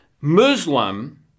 Muslim